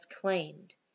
claimed